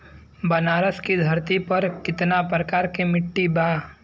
बनारस की धरती पर कितना प्रकार के मिट्टी बा?